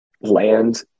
land